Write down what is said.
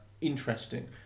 interesting